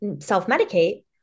self-medicate